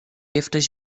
jesteś